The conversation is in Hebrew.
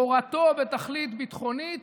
הורתו בתכלית ביטחונית.